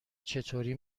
چطوری